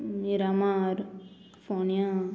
मिरामार फोण्या